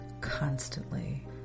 constantly